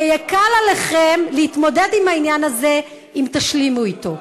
ויקל עליכם להתמודד עם העניין הזה אם תשלימו אתו.